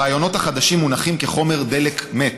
הרעיונות החדשים מונחים כחומר דלק מת.